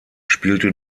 spielte